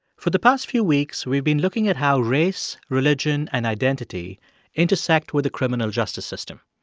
for the past few weeks, we've been looking at how race, religion and identity intersect with the criminal justice system.